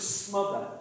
smother